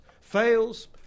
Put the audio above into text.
fails